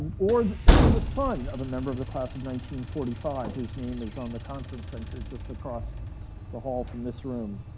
and or the or the son of a member of the class of one forty five whose name is on the conference center just across the hall from this room.